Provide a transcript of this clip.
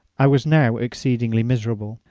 i was now exceedingly miserable,